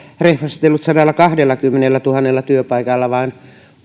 rehvastellut sadallakahdellakymmenellätuhannella työpaikalla vaan